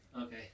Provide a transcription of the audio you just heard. Okay